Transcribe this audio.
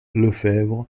lefevre